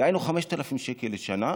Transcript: דהיינו, 5,000 שקל לשנה,